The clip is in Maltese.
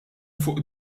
fuq